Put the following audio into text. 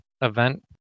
event